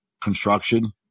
construction